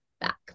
back